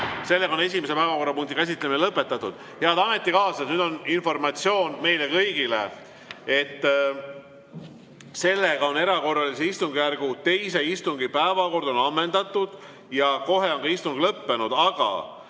võetud. Esimese päevakorrapunkti käsitlemine on lõpetatud. Head ametikaaslased, nüüd on informatsioon meile kõigile: erakorralise istungjärgu teise istungi päevakord on ammendatud ja kohe on ka istung lõppenud, aga